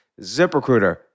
ZipRecruiter